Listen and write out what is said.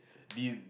lean